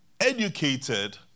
educated